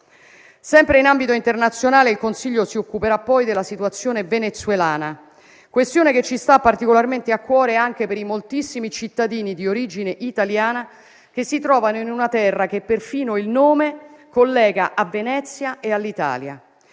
Sempre in ambito internazionale, il Consiglio si occuperà poi della situazione venezuelana, questione che ci sta particolarmente a cuore anche per i moltissimi cittadini di origine italiana che si trovano in una terra che perfino il nome collega a Venezia e all'Italia.